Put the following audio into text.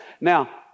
Now